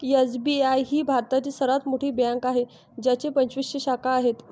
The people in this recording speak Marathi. एस.बी.आय ही भारतातील सर्वात मोठी बँक आहे ज्याच्या पंचवीसशे शाखा आहेत